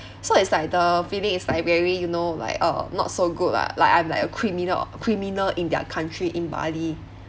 so it's like the feeling is like very you know like uh not so good lah like I'm like a criminal or criminal in their country in bali